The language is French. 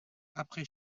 après